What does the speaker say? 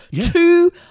Two